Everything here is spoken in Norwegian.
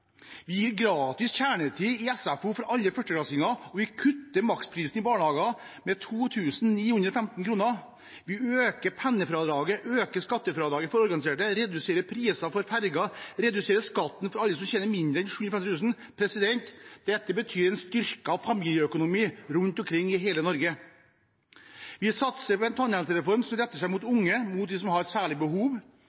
vi kutter maksprisen i barnehage med 2 915 kr. Vi øker pendlerfradraget, øker skattefradraget for organiserte, reduserer ferjeprisene og reduserer skatten for alle som tjener mindre enn 750 000 kr. Dette betyr styrket familieøkonomi rundt omkring i hele Norge. Vi starter en tannhelsereform som retter seg mot